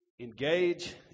engage